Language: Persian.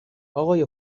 اقای